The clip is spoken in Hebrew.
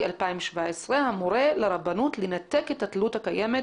2017 המורה על הרבנות לנתק את התלות הקיימת